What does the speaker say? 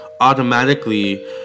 automatically